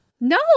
No